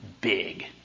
big